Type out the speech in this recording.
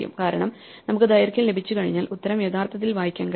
കാരണം നമുക്ക് ദൈർഘ്യം ലഭിച്ചു കഴിഞ്ഞാൽ ഉത്തരം യഥാർത്ഥത്തിൽ വായിക്കാൻ കഴിയും